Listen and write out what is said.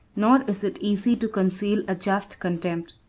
nor is it easy to conceal a just contempt.